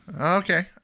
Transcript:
Okay